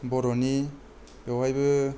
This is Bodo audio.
बर'नि बेवहायबो